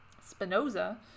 spinoza